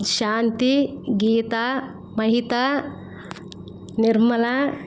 Shanti Geetha Mahita Nirmala